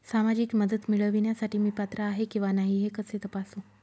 सामाजिक मदत मिळविण्यासाठी मी पात्र आहे किंवा नाही हे कसे तपासू?